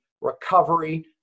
recovery